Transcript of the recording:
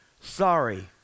Sorry